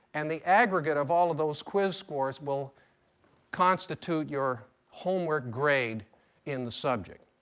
and the aggregate of all of those quiz scores will constitute your homework grade in the subject.